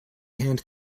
hand